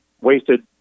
wasted